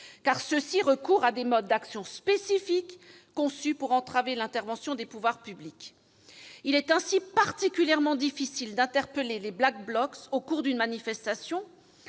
car ceux-ci recourent à des modes d'action spécifiques, conçus pour entraver l'intervention des pouvoirs publics. Il est ainsi particulièrement difficile d'interpeller les Black Blocs au cours d'une manifestation,